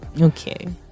Okay